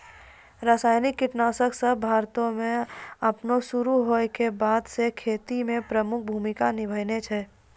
रसायनिक कीटनाशक सभ भारतो मे अपनो शुरू होय के बादे से खेती मे प्रमुख भूमिका निभैने छै